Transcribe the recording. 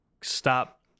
Stop